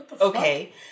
Okay